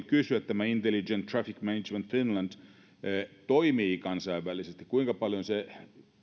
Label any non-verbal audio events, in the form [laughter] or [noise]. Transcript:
[unintelligible] kysyä tämä intelligent traffic management finland toimii kansainvälisesti kuinka paljon se